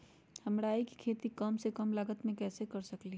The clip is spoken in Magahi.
हम राई के खेती कम से कम लागत में कैसे कर सकली ह?